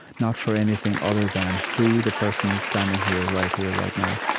not for anything other than who the person is, standing here, right here, right now.